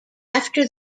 after